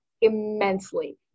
immensely